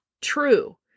true